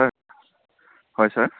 হয় ছাৰ